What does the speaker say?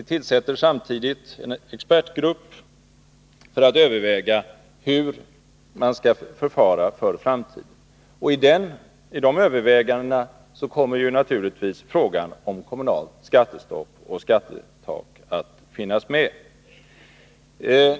Vi tillsätter samtidigt en expertgrupp för att överväga hur man skall förfara för framtiden. I dessa överväganden kommer naturligtvis frågan om kommunalt skattestopp och skattetak att finnas med.